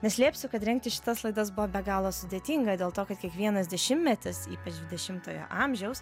neslėpsiu kad rengti šitas laidas buvo be galo sudėtinga dėl to kad kiekvienas dešimtmetis ypač dvidešimtojo amžiaus